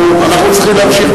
אנחנו צריכים להמשיך,